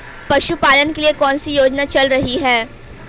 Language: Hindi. पशुपालन के लिए कौन सी योजना चल रही है?